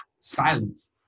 silence